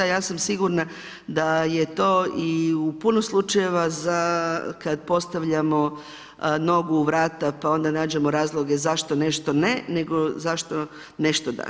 Ja sam sigurno da je to i u puno slučajeva kad postavljamo nogu u vrata pa onda nađemo razloge zašto nešto ne, nego zašto da.